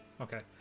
Okay